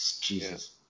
Jesus